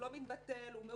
הוא לא מתבטל, הוא מעוכב.